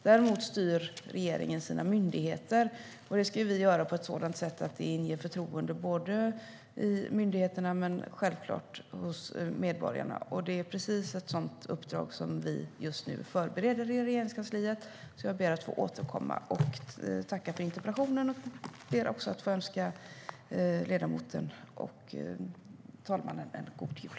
Däremot styr regeringen sina myndigheter, och det ska vi göra på ett sådant sätt att det inger förtroende både hos myndigheterna och - självklart - hos medborgarna. Det är precis ett sådant uppdrag vi just nu förbereder i Regeringskansliet, så jag ber att få återkomma. Jag tackar för interpellationen och ber att få önska ledamoten och talmannen en god jul.